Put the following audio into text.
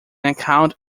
account